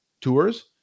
tours